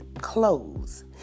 clothes